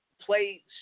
play